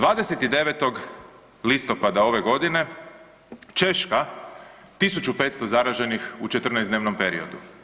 29. listopada ove godine Češka 1500 zaraženih u 14-dnevnom periodu.